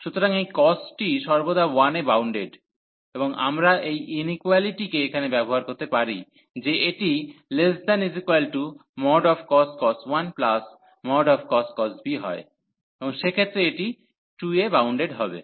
সুতরাং এই cos টি সর্বদা 1 এ বাউন্ডেড এবং আমরা এই ইনইকুয়ালিটিকে এখানে ব্যবহার করতে পারি যে এটি cos 1 cos b হয় এবং সেক্ষেত্রে এটি 2 এ বাউন্ডেড হবে